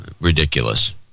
ridiculous